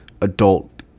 adult